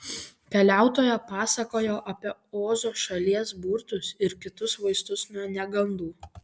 keliautoja pasakojo apie ozo šalies burtus ir kitus vaistus nuo negandų